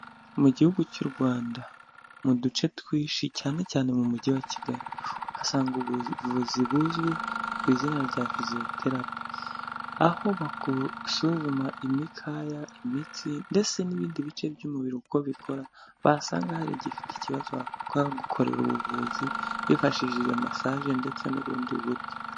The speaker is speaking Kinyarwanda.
Mu Gihugu cy'u Rwanda mu duce twinshi cyane cyane mu mujyi wa Kigali uhasanga ubuvuzi buzwi ku izina rya physiotherapy. Aho bakusuzuma imikaya, imitsi, ndetse n'ibindi bice by'umubiri uko bikora, basanga hari igifite ikibazo bakaba bagukorera ubuvuzi hifashishije massage ndetse n'ubundi buryo.